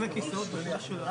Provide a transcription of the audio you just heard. הישיבה